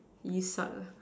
Vesak ah